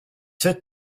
sept